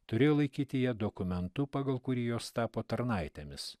turėjo laikyti ją dokumentu pagal kurį jos tapo tarnaitėmis